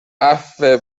عفو